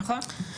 נכון.